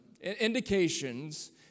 indications